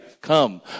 Come